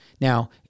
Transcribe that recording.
Now